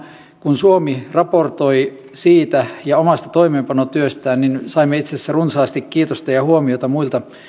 kun suomi raportoi siitä ja omasta toimeenpanotyöstään saimme itse asiassa runsaasti kiitosta ja huomiota muilta